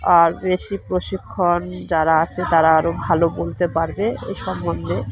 আর বেশি প্রশিক্ষণ যারা আছে তারা আরও ভালো বলতে পারবে এই সম্বন্ধে